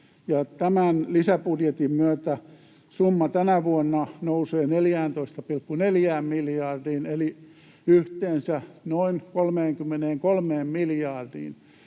tämän lisäbudjetin myötä summa tänä vuonna nousee 14,4 miljardiin eli yhteensä noin 33 miljardiin.